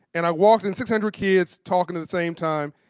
and i walked, and six hundred kids talk at the same time.